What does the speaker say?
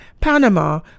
Panama